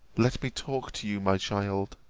let me talk to you, my child.